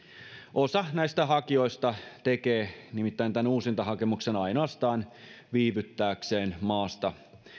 osa näistä hakijoista tekee nimittäin uusintahakemuksen ainoastaan viivyttääkseen maasta